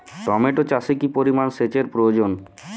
Tomato চাষে কি পরিমান সেচের প্রয়োজন?